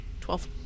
Twelve